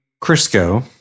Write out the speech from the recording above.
Crisco